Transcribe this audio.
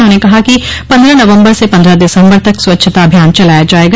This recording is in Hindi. उन्होंने कहा कि पन्द्रह नवम्बर से पन्द्रह दिसम्बर तक स्वच्छता अभियान चलाया जायेगा